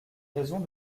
raisons